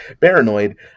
paranoid